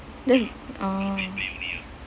that is oh